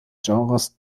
genres